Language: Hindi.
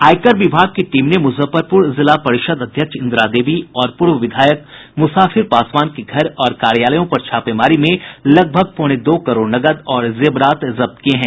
आयकर विभाग की टीम ने मुजफ्फरपुर जिला परिषद अध्यक्ष इंद्रा देवी और पूर्व विधायक मुसाफिर पासवान के घर और कार्यालयों पर छापेमारी में लगभग पौने दो करोड़ नकद और जेवरात जब्त किये हैं